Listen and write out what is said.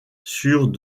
sûrs